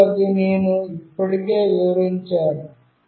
మరియు అది నేను ఇప్పటికే వివరించాను